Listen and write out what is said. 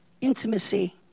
intimacy